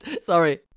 Sorry